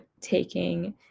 taking